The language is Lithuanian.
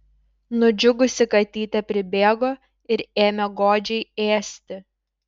nudžiugusi katytė pribėgo ir ėmė godžiai ėsti